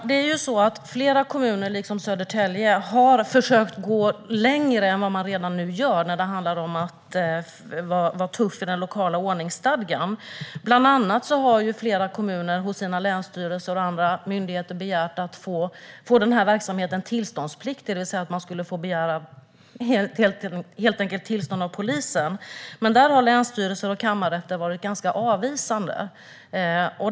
Herr talman! Flera kommuner har likt Södertälje försökt att gå längre än vad man redan har gjort vad gäller att vara tuff i den lokala ordningsstadgan. Bland annat har flera kommuner hos sina länsstyrelser och andra myndigheter begärt att få denna verksamhet tillståndspliktig, det vill säga att man skulle få begära tillstånd av polisen. Men länsstyrelser och kammarrätter har varit ganska avvisande.